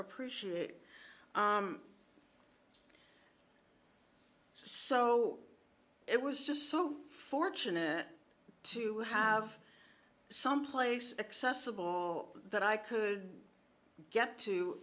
appreciate so it was just so fortunate to have someplace accessible that i could get to